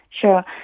Sure